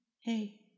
hey